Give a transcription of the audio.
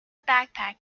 backpack